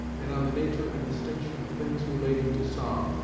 and on the nature and distinction of things relating to song,